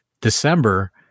December